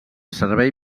servei